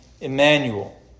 Emmanuel